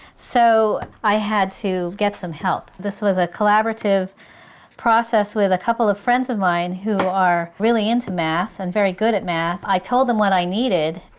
so i had to get some help. this was a collaborative process with a couple of friends of mine who are really into math and very good at math. i told them what i needed,